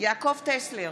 יעקב טסלר,